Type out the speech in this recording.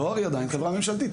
הדואר היא עדיין חברה ממשלתית,